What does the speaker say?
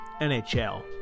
NHL